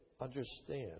understand